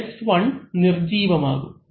S1 നിർജീവം ആകും